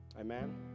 Amen